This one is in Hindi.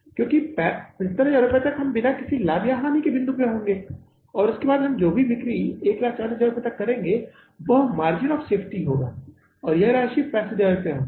क्योंकि 75000 रुपये तक हम बिना किसी लाभ या हानि के बिंदु पर होंगे और उसके बाद हम जो भी बिक्री 140000 रुपये तक करेंगे वह मार्जिन ऑफ़ सेफ्टी होगा और यह राशि 65000 रुपये है